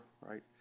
right